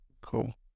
cool